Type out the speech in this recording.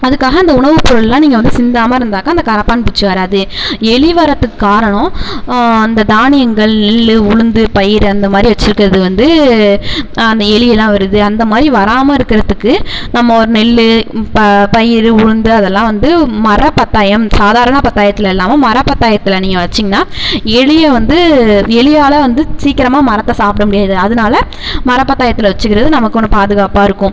அதுக்காக அந்த உணவுப்பொருள்லாம் நீங்கள் வந்து சிந்தாமல் இருந்தாக்கா அந்த கரப்பான்பூச்சி வராது எலி வரதுக்கு காரணம் அந்த தானியங்கள் நெல் உளுந்து பயிறு அந்த மாதிரி வச்சிருக்கறது வந்து அந்த எலியெல்லாம் வருது அந்த மாதிரி வராமல் இருக்கிறதுக்கு நம்ம ஒரு நெல்லு ப பயிறு உளுந்து அதெல்லாம் வந்து மரப்பத்தாயம் சாதாரண பத்தாயத்துல இல்லாமல் மர பத்தாயத்தில் நீங்கள் வச்சிங்கன்னால் எலியை வந்து எலியால் வந்து சீக்கிரமாக மரத்தை சாப்பிட முடியாது அதனால மரப்பத்தாயத்தில் வச்சிக்கிறது நமக்கு ஒன்று பாதுகாப்பாக இருக்கும்